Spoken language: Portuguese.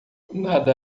nada